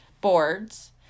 boards